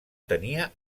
tenia